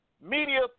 media